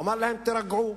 הוא אמר להם: תירגעו,